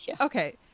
okay